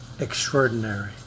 extraordinary